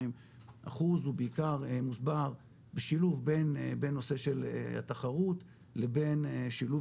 אחוז הוא בעיקר מוסבר בשילוב בין נושא של התחרות לבין שילוב